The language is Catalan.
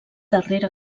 darrera